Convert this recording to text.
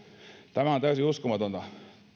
tämä on täysin uskomatonta